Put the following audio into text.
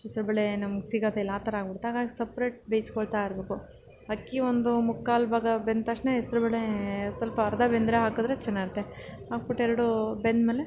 ಹೆಸರುಬೇಳೆ ನಮ್ಗೆ ಸಿಗೋದೆ ಇಲ್ಲ ಆ ಥರ ಆಗ್ಬಿಡುತ್ತೆ ಹಾಗಾಗಿ ಸಪ್ರೇಟ್ ಬೇಯಿಸ್ಕೊಳ್ತಾ ಇರಬೇಕು ಅಕ್ಕಿ ಒಂದು ಮುಕ್ಕಾಲು ಭಾಗ ಬೆಂದ ತಕ್ಷಣ ಹೆಸ್ರುಬೇಳೆ ಸ್ವಲ್ಪ ಅರ್ಧ ಬೆಂದರೆ ಹಾಕಿದರೆ ಚೆನ್ನಾಗಿರುತ್ತೆ ಹಾಕ್ಬಿಟ್ಟು ಎರಡೂ